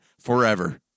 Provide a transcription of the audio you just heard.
forever